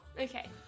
Okay